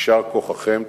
יישר כוחכם.